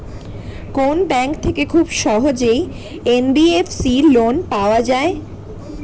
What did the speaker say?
কোন ব্যাংক থেকে খুব সহজেই এন.বি.এফ.সি লোন পাওয়া যায়?